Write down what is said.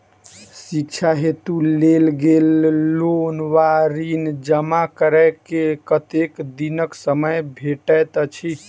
शिक्षा हेतु लेल गेल लोन वा ऋण जमा करै केँ कतेक दिनक समय भेटैत अछि?